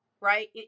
right